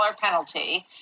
penalty